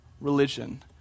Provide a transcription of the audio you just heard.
religion